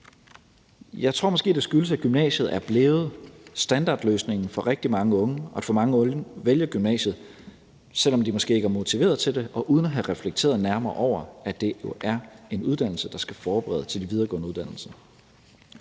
Jeg tror måske, det skyldes, at gymnasiet er blevet standardløsningen for rigtig mange unge, og at for mange unge vælger gymnasiet, selv om de måske ikke er motiverede til det og uden at have reflekteret nærmere over, at det jo er en uddannelse, der skal forberede til de videregående uddannelser.